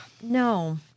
No